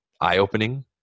eye-opening